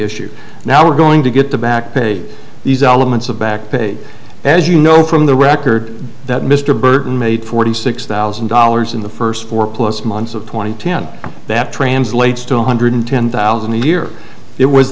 issue now we're going to get back paid these elements of back paid as you know from the record that mr burton made forty six thousand dollars in the first four plus months of twenty ten that translates to one hundred ten thousand a year it was